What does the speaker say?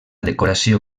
decoració